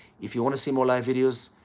if you want to see more live videos,